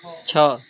ଛଅ